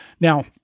Now